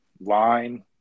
line